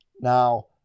Now